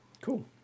Cool